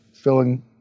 filling